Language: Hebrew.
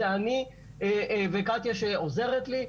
זה אני וקטיה שעוזרת לי,